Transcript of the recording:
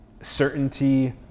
certainty